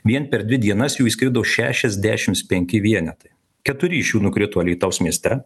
vien per dvi dienas jų įskrido šešiasdešims penki vienetai keturi iš jų nukrito alytaus mieste